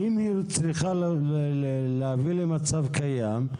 אם היא צריכה להביא לי מצב קיים,